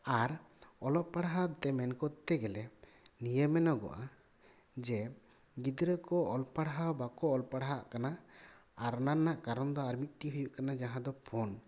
ᱟᱨ ᱚᱞᱚᱜ ᱯᱟᱲᱦᱟᱣ ᱛᱮ ᱢᱮᱱ ᱠᱚᱨᱛᱮ ᱜᱮᱞᱮ ᱱᱤᱭᱟᱹ ᱢᱮᱱᱚᱜᱼᱟ ᱡᱮ ᱜᱤᱫᱽᱨᱟᱹ ᱠᱚ ᱚᱞ ᱯᱟᱲᱦᱟᱣ ᱵᱟᱠᱚ ᱚᱞ ᱯᱟᱲᱦᱟᱜ ᱠᱟᱱᱟ ᱟᱨ ᱚᱱᱟ ᱨᱮᱱᱟ ᱠᱟᱨᱚᱱᱫᱚ ᱟᱨ ᱢᱤᱫᱴᱮᱱ ᱦᱩᱭᱩ ᱠᱟᱱᱟ ᱡᱟᱦᱟᱫᱚ ᱯᱷᱳᱱ